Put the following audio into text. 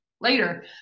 later